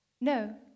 No